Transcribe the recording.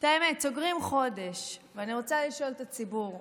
האמת, סוגרים חודש, ואני רוצה לשאול את הציבור: